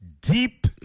deep